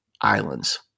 islands